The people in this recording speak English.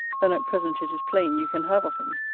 than at present it is plain you can have of him.